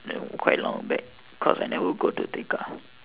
that quite long back cause I never go to tekka